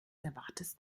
erwartest